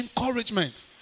encouragement